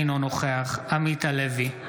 אינו נוכח עמית הלוי,